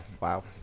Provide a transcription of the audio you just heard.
wow